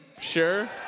Sure